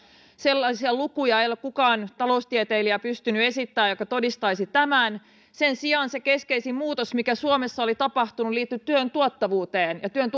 sellaisia lukuja ei ole kukaan taloustieteilijä pystynyt esittämään jotka todistaisivat tämän sen sijaan se keskeisin muutos mikä suomessa oli tapahtunut liittyi työn tuottavuuteen ja työn